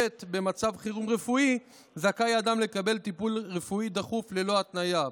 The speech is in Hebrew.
(ב) במצב חירום רפואי זכאי אדם לקבל טיפול רפואי דחוף ללא התניה".